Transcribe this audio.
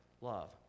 love